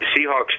Seahawks